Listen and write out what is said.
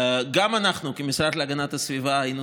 גם אנחנו כמשרד להגנת הסביבה היינו